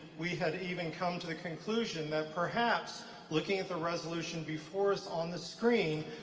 we had even come to the conclusion that perhaps looking at the resolution before us on the screen,